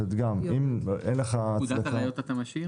את פקודת הראיות אתה משאיר?